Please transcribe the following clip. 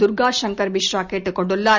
தர்கா சங்கள் மிஸ்ரா கேட்டுக் கொண்டுள்ளார்